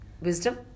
wisdom